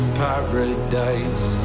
paradise